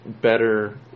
better